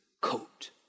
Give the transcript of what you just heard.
coat